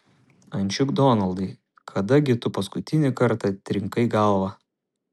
ančiuk donaldai kada gi tu paskutinį kartą trinkai galvą